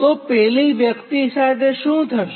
તો પેલી વ્યક્તિ સાથે શું થશે